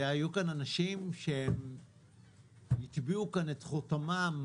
היו כאן אנשים שהם הטביעו כאן את חותמם,